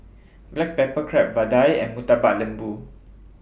Black Pepper Crab Vadai and Murtabak Lembu